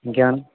ఇంకేమన్నా